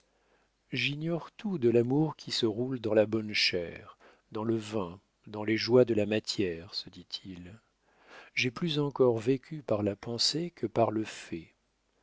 j'ignore tout de l'amour qui se roule dans la bonne chère dans le vin dans les joies de la matière se dit-il j'ai plus encore vécu par la pensée que par le fait